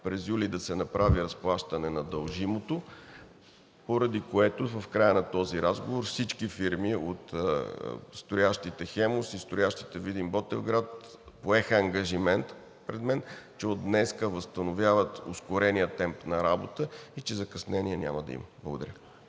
през юли да се направи разплащане на дължимото, поради което в края на този разговор всички фирми от строящите „Хемус“ и строящите Видин – Ботевград поеха ангажимент пред мен, че от днес възстановяват ускорения темп на работа и че закъснение няма да има. Благодаря.